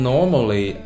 Normally